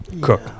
Cook